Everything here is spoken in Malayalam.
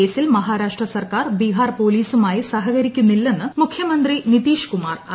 കേസിൽ മഹാരാഷ്ട്ര സർക്കാർ ബിഹാർ പ്പോലീസുമായി സഹകരിക്കുന്നില്ലെന്ന് മുഖ്യമ്പ്രി നിതീഷ് കുമാർ ആരോപിച്ചു